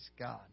God